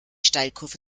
steilkurve